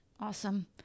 Awesome